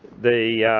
the